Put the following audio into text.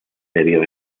debió